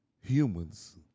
humans